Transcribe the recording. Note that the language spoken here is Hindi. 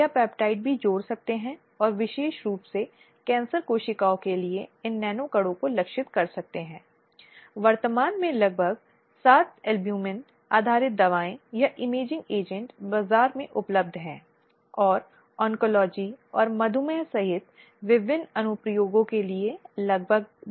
अब हालांकि उस प्रक्रिया को अधिनियम और नियमों के अनुरूप होना चाहिए लेकिन वे प्रक्रिया को विस्तृत और विस्तृत कर सकते हैं और इस तरह की प्रक्रिया को अच्छी तरह से प्रसारित किया जाना चाहिए और संगठन के भीतर सभी लोगों के लिए जाना चाहिए